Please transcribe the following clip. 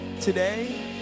today